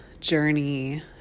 journey